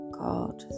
god